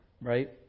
right